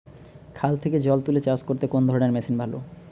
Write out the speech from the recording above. খাল থেকে জল তুলে চাষ করতে কোন ধরনের মেশিন ভালো?